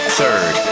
Third